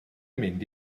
mynd